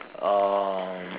um